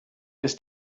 ist